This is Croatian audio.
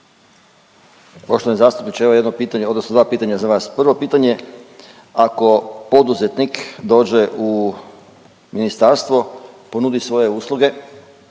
Poštovani zastupniče, evo jedno pitanje, odnosno dva pitanja za vas. Prvo pitanje, ako poduzetnik dođe u ministarstvo, ponudi svoje usluge